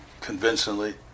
convincingly